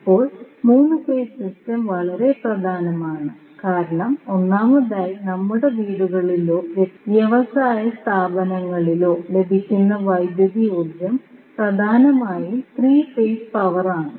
ഇപ്പോൾ 3 phase system വളരെ പ്രധാനമാണ് കാരണം ഒന്നാമതായി നമ്മുടെ വീടുകളിലോ വ്യവസായ സ്ഥാപനങ്ങളിലോ ലഭിക്കുന്ന വൈദ്യുതി ഊർജ്ജം പ്രധാനമായും 3 ഫേസ് പവർ ആണ്